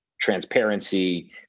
transparency